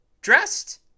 dressed